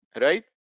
right